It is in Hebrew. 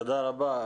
תודה רבה.